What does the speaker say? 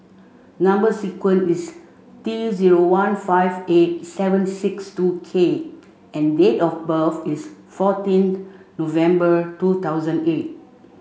number sequence is T zero one five eight seven six two K and date of birth is fourteenth November two thousand eight